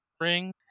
ring